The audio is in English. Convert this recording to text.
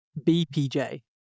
BPJ